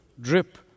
drip